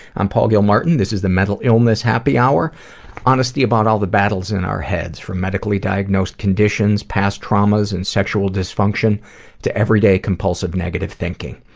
i'm paul gilmartin. this is the mental illness happy hour honesty about all the battles in our heads from medically diagnosed conditions, past traumas, and sexual dysfunction to everyday compulsive negative thinking.